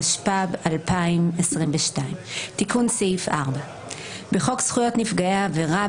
התשפ"ב 2022 תיקון סעיף 4 בחוק זכויות נפגעי עבירה,